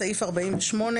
בסעיף 48,